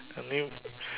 a new